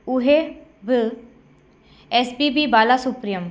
उहे बि S P B बाला सुब्रीयम